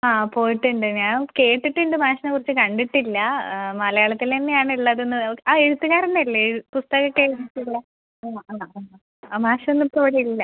ആ പോയിട്ടുണ്ട് ഞാൻ കേട്ടിട്ടുണ്ട് മാഷിനെ കുറിച്ച് കണ്ടിട്ടില്ല മലയാളത്തിലെന്നെയാണുള്ളതെന്ന് ആ എഴുത്തുകാരനല്ലേ പുസ്തകമൊക്കെ എഴുതീട്ടുള്ള ആ ആ ആ മാഷൊന്നും ഇപ്പോൾ അവിടെ ഇല്ല